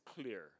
clear